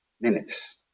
minutes